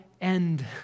end